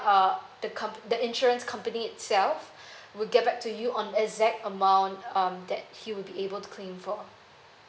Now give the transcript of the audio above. uh the com~ the insurance company itself would get back to you on exact amount um that he will be able to claim for